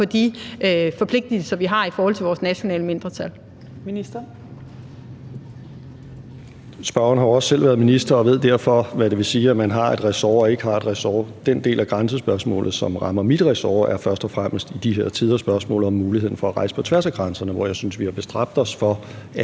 næstformand (Trine Torp): Ministeren. Kl. 15:35 Justitsministeren (Nick Hækkerup): Spørgeren har også selv været minister og ved derfor, hvad det vil sige, at man har et ressort og ikke har et ressort. Den del af grænsespørgsmålet, som rammer mit ressort, er først og fremmest i de her tider spørgsmålet om muligheden for at rejse på tværs af grænserne, hvor jeg synes, vi har bestræbt os for at